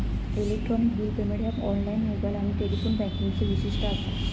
electronic bill payment ह्या online, mobile आणि telephone बँकिंगचो वैशिष्ट्य असा